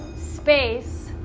space